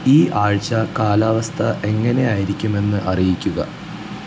ഈ ആഴ്ച കാലാവസ്ഥ എങ്ങനെയായിരിക്കുമെന്ന് അറിയിക്കുക